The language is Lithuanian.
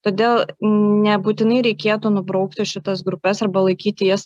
todėl nebūtinai reikėtų nubraukti šitas grupes arba laikyti jas